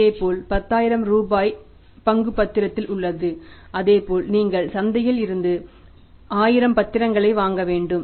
இதேபோல் 10 ரூபாய்க்கு ஒரு ரூபாய் பங்கு பத்திரத்தில் உள்ளது அதேபோல் நீங்கள் சந்தையில் இருந்து 1000 பத்திரங்களை வாங்க வேண்டும்